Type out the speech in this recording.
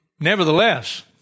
Nevertheless